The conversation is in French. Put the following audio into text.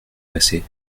passé